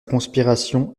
conspiration